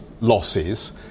losses